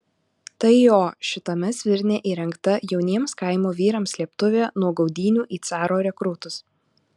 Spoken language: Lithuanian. tai jo šitame svirne įrengta jauniems kaimo vyrams slėptuvė nuo gaudynių į caro rekrūtus